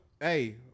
Hey